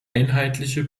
einheitliche